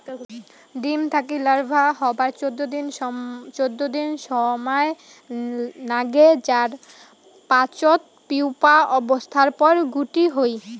ডিম থাকি লার্ভা হবার চৌদ্দ দিন সমায় নাগে যার পাচত পিউপা অবস্থার পর গুটি হই